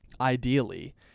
ideally